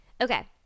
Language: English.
Okay